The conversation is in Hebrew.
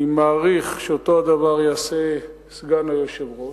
אני מעריך שאותו הדבר יעשה סגן היושב-ראש,